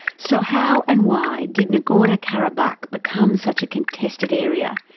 so how and why did nagorno-karabakh become such a contested area,